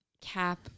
Cap